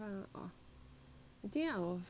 I think I will fight like